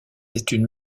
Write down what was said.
études